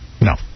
No